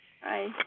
Hi